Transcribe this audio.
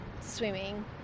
swimming